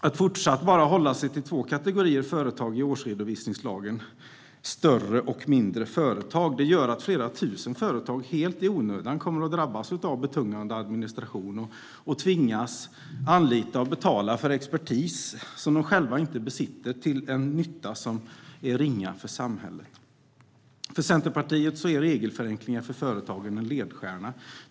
Att fortsatt hålla sig med bara två kategorier företag i årsredovisningslagen - större och mindre företag - gör att flera tusen företag helt i onödan drabbas av betungande administration och tvingas anlita och betala för expertis de själva inte besitter, till en nytta som är ringa för samhället. För Centerpartiet är regelförenklingar för företagen en ledstjärna.